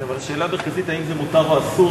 אבל השאלה המרכזית היא האם זה מותר או אסור.